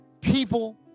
people